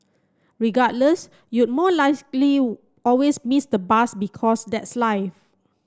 regardless you'd more always miss the bus because that's life